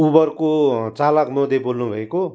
उबरको चालक लोदे बोल्नुभएको